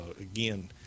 again